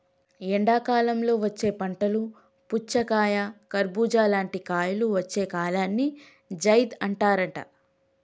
ఎండాకాలంలో వచ్చే పంటలు పుచ్చకాయ కర్బుజా లాంటి కాయలు వచ్చే కాలాన్ని జైద్ అంటారట